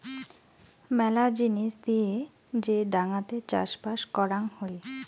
মেলা জিনিস দিয়ে যে ডাঙাতে চাষবাস করাং হই